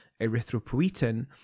erythropoietin